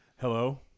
hello